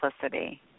simplicity